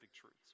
truths